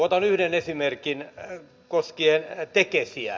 otan yhden esimerkin koskien tekesiä